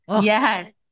yes